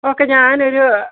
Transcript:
okay ഞാനൊരു